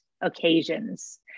occasions